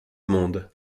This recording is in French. monde